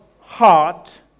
heart